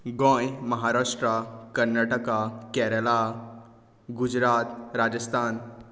Goa Maharashtra Karnataka Kerala Gujarat Rajasthan